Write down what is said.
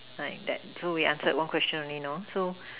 like that so we answered one question only know so